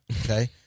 Okay